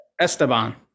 Esteban